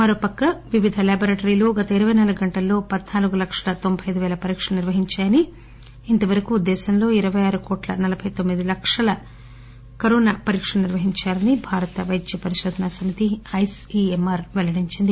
మరోపక్క వివిధ లెబొరెటరీలు గత ఇరవై నాలుగు గంటల్లో పధ్నాలుగు లక్షల తోంబై అయిదు పేల పరీక్షలు నిర్వహించాయని ఇంతవరకు దేశంలో ఇరవై ఆరు కోట్ల నలభై తొమ్మిది లక్షల కరోనా పరీక్షలు నిర్వహించారని భారత వైద్య పరిశోధనా సమితి ఐసీఎంఆర్ తెలియచేసింది